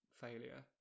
failure